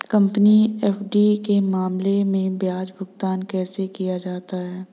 Company FD के मामले में ब्याज भुगतान कैसे किया जाता है?